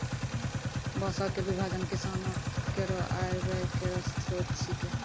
बांसों क विभाजन किसानो केरो आय व्यय केरो स्रोत छिकै